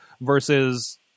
versus